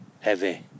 heavy